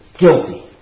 guilty